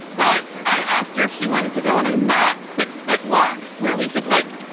but i asked her if she wanted to go on a not six foot walk where we could, like,